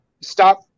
stop